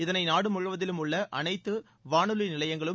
இதனை நாடு முழுவதிலும் உள்ள அனைத்து வானொலி நிலையங்களும்